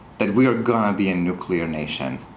that we were going to be a nuclear nation,